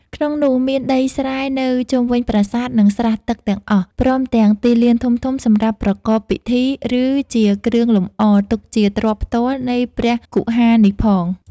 ក្នុងនោះមានដីស្រែនៅជុំវិញប្រាសាទ និងស្រះទឹកទាំងអស់ ព្រមទាំងទីលានធំៗសម្រាប់ប្រកបពិធី ឬជាគ្រឿងលម្អ ទុកជាទ្រព្យផ្ទាល់នៃព្រះគុហានេះផង ។